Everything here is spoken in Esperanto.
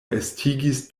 estigis